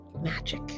magic